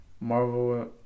Marvel